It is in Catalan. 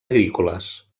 agrícoles